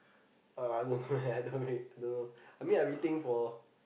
uh I don't know eh I really don't know I mean I'm waiting for